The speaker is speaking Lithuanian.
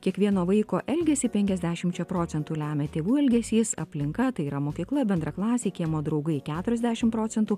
kiekvieno vaiko elgesį penkiasdešimčia procentų lemia tėvų elgesys aplinka tai yra mokykla bendraklasiai kiemo draugai keturiasdešim procentų